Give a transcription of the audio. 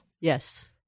Yes